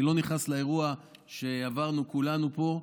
אני לא מתייחס לאירוע שעברנו כולנו פה,